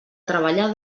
treballar